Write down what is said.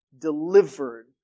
delivered